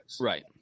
Right